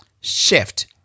shift